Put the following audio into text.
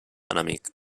enemic